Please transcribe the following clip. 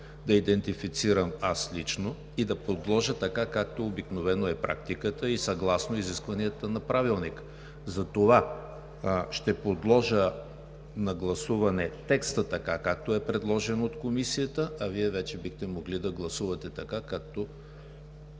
да идентифицирам и да подложа, така както обикновено е практиката и е съгласно изискванията на Правилника. Затова ще подложа на гласуване текста така, както е предложен от Комисията, а Вие вече бихте могли да гласувате така, както